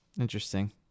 interesting